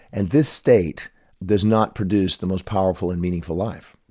and this state does not produce the most powerful and meaningful life.